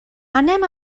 anem